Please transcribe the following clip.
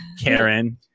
Karen